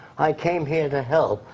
i came here to help.